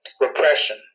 repression